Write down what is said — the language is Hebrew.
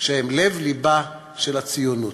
שהם לב-לבה של הציונות.